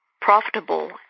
profitable